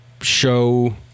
show